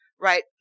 right